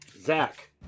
zach